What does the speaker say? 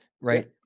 right